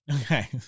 Okay